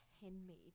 handmade